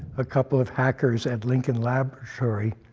a couple of hackers at lincoln labaratory